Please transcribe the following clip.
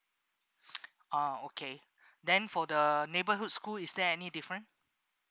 ah okay then for the neighbourhood school is there any different